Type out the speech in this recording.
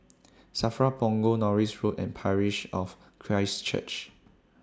SAFRA Punggol Norris Road and Parish of Christ Church